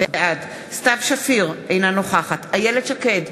בעד סתיו שפיר, אינה נוכחת איילת שקד,